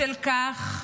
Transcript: בשל כך,